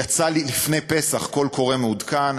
יצא לי לפני פסח קול קורא מעודכן,